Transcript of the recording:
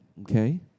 Okay